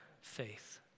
faith